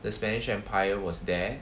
the spanish empire was there